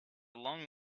long